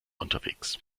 unterwegs